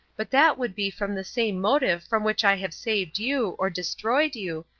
but that would be from the same motive from which i have saved you, or destroyed you,